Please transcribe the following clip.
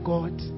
God